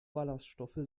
ballaststoffe